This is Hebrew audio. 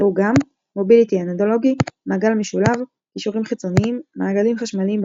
ראו גם Mobility analogy מעגל משולב קישורים חיצוניים מעגלים חשמליים,